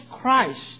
Christ